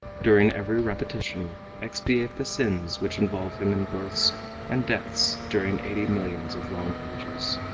during every repetition expiate the sins which involve him in births and deaths during eighty millions of long ages.